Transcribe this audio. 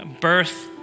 birth